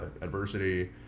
adversity